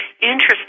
Interesting